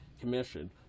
Commission